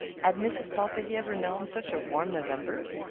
had mrs. pontellier ever known such a warm november?